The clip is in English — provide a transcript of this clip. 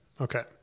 Okay